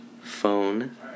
phone